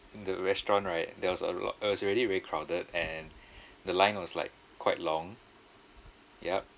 in the restaurant right there was a lot uh it's really really crowded and the line was like quite long yup